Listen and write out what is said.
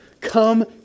Come